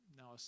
now